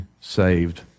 saved